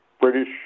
British